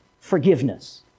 forgiveness